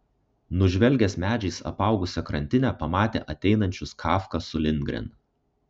nužvelgęs medžiais apaugusią krantinę pamatė ateinančius kafką su lindgren